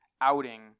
outing